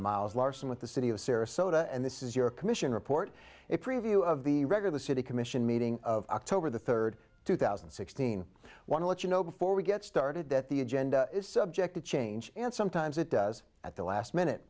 miles larsen with the city of sarasota and this is your commission report a preview of the regular city commission meeting of october the third two thousand and sixteen want to let you know before we get started that the agenda is subject to change and sometimes it does at the last minute